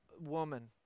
woman